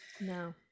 no